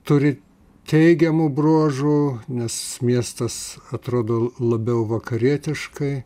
turi teigiamų bruožų nes miestas atrodo labiau vakarietiškai